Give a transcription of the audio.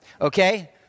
okay